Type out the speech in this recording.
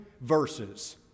verses